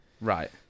right